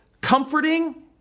comforting